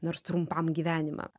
nors trumpam gyvenimą